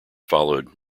followed